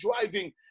driving